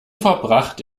verbracht